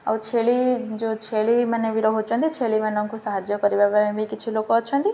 ଆଉ ଛେଳି ଯୋଉ ଛେଳି ମାନେ ବି ରହୁଛନ୍ତି ଛେଳିମାନଙ୍କୁ ସାହାଯ୍ୟ କରିବା ପାଇଁ ବି କିଛି ଲୋକ ଅଛନ୍ତି